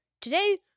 today